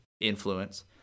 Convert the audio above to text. influence